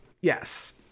Yes